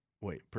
Wait